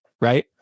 Right